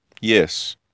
Yes